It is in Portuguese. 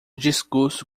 discurso